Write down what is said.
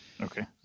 Okay